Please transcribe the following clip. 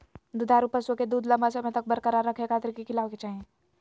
दुधारू पशुओं के दूध लंबा समय तक बरकरार रखे खातिर की खिलावे के चाही?